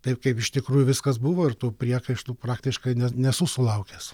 taip kaip iš tikrųjų viskas buvo ir tų priekaištų praktiškai ne nesu sulaukęs